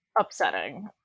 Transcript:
upsetting